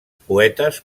poetes